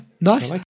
nice